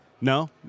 no